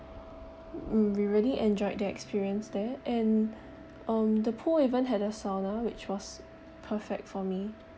mm we really enjoyed the experience there and um the pool even had a sauna which was perfect for me